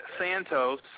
Santos